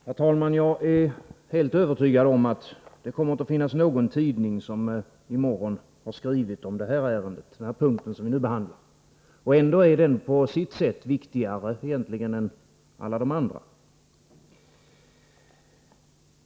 Herr talman! Jag är helt övertygad om att inte en enda tidning kommer att skriva om den punkt i det här ärendet som vi nu behandlar. Ändå är den egentligen på sitt sätt viktigare än alla de andra.